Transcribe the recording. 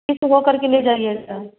फिर से वो करके ले जाएंगे